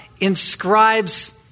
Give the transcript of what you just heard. inscribes